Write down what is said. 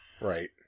Right